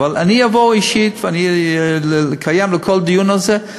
אבל אני אבוא אישית לכל הדיון הזה,